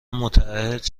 متعهد